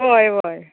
हय वय